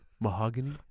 Mahogany